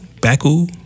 Baku